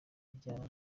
rya